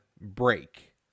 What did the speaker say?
break